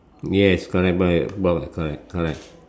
yes correct correct correct